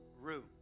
room